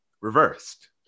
reversed